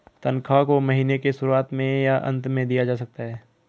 तन्ख्वाह को महीने के शुरुआत में या अन्त में दिया जा सकता है